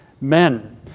men